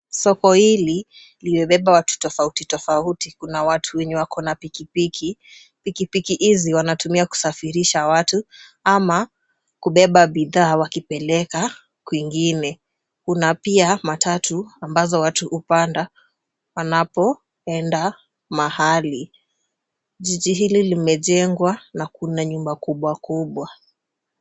Soko hili limebeba watu tofauti tofauti, kuna watu wenye wako na pikipiki. Pikipiki hizi wanatumia kusafirisha watu, ama kubeba bidhaa wakipeleka kwingine. Kuna pia matatu ambazo watu hupanda wanapoenda mahali. Jiji hili limejengwa na kuna nyumba kubwa kubwa.